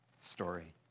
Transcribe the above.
story